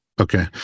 Okay